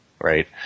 right